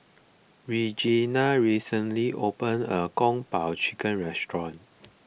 Reginal recently opened a new Kung Po Chicken restaurant